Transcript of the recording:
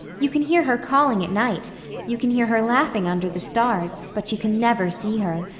you can hear her calling at night you can hear her laughing under the stars. but you can never see her.